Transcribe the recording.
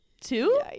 two